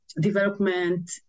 development